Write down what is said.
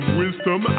wisdom